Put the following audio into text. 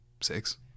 six